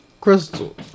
Crystal